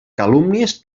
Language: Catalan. calúmnies